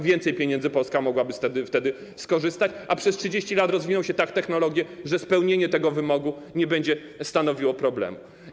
Więcej pieniędzy mogłaby Polska wtedy uzyskać, a przez 30 lat rozwiną się tak technologie, że spełnienie tego wymogu nie będzie stanowiło problemu.